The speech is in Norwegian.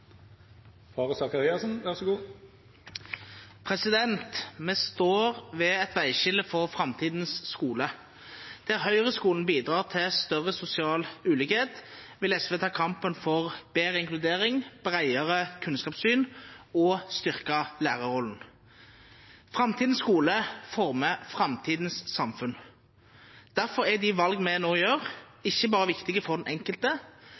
Vi står ved et veiskille for framtidens skole. Der høyreskolen bidrar til større sosial ulikhet, vil SV ta kampen for bedre inkludering og bredere kunnskapssyn og styrke lærerrollen. Framtidens skole former framtidens samfunn. Derfor er de valgene vi nå tar, ikke bare viktige for den enkelte,